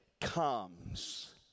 comes